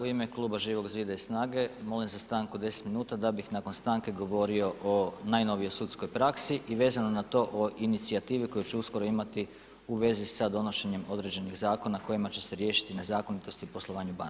U ime Kluba živog zida i SNAGA-e molim za stanku od 10 minuta da bih nakon stanke govorio o najnovijoj sudskoj praksi i vezano na to o inicijativi koja će uskoro imati u vezi sa donošenjem određenih zakona, kojima će se riješiti ne zakonitosti u poslovanju banaka.